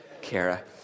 Kara